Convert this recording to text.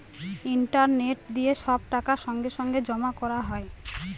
internet দিয়ে সব টাকা সঙ্গে সঙ্গে জমা করা হয়